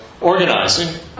organizing